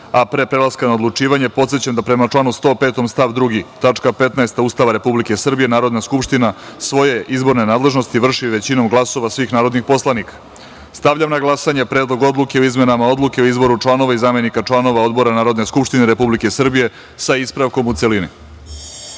pre prelaska na odlučivanje, podsećam da prema članu 105. stav 2. tačka 15. Ustava Republike Srbije Narodna skupština svoje izborne nadležnosti vrši većinom glasova svih narodnih poslanika. Stavljam na glasanje Predlog odluke o izmenama Odluke o izboru članova i zamenika članova Odbora Narodne skupštine Republike Srbije, sa ispravkom, u